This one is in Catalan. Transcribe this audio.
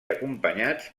acompanyats